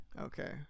Okay